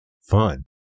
Fun